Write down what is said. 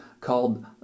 called